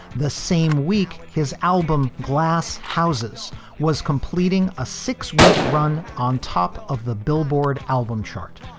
the same week his album glass houses was completing a six week run on top of the billboard album chart.